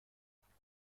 میخوای